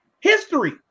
history